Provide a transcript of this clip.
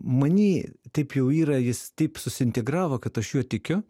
many taip jau yra jis taip susiintegravo kad aš juo tikiu